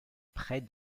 près